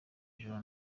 ijoro